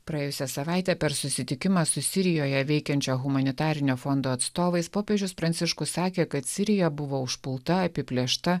praėjusią savaitę per susitikimą su sirijoje veikiančio humanitarinio fondo atstovais popiežius pranciškus sakė kad sirija buvo užpulta apiplėšta